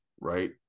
Right